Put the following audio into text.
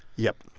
yup.